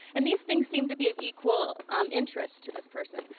and these things seem to be an equal um interest to this person.